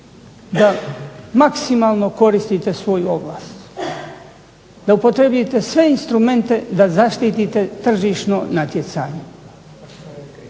da maksimalno koristite svoju ovlast, da upotrijebite sve instrumente da zaštitite tržišno natjecanje.